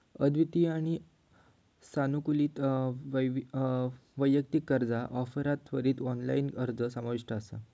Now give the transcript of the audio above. अद्वितीय आणि सानुकूलित वैयक्तिक कर्जा ऑफरात त्वरित ऑनलाइन अर्ज समाविष्ट असा